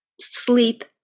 sleep